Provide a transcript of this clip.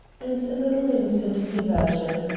and a little innocent diversion.